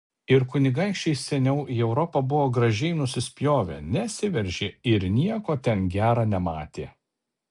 ir kunigaikščiai seniau į europą buvo gražiai nusispjovę nesiveržė ir nieko ten gera nematė